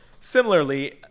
similarly